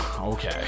Okay